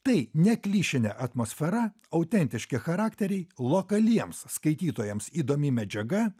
tai neklišinė atmosfera autentiški charakteriai lokaliems skaitytojams įdomi medžiaga